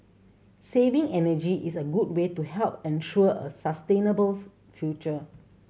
saving energy is a good way to help ensure a sustainable future